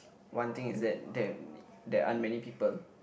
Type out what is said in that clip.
one thing is that that there aren't many people